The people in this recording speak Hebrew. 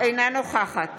אינה נוכחת